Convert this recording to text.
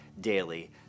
daily